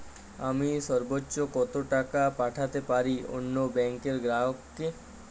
আমি সর্বোচ্চ কতো টাকা পাঠাতে পারি অন্য ব্যাংকের গ্রাহক কে?